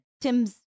Tim's